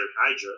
Hydra